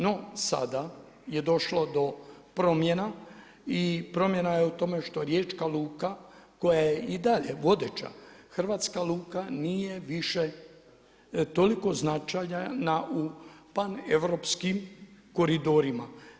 No sada je došlo do promjena i promjena je u tome što riječka luka koja je i dalje vodeća hrvatska luka, nije više toliko značajna u paneuropskim koridorima.